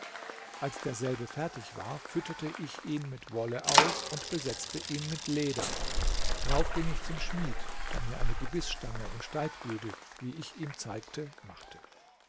als derselbe fertig war fütterte ich ihn mit wolle aus und besetzte ihn mit leder drauf ging ich zum schmied der mir eine gebißstange und steigbügel wie ich ihm zeigte machte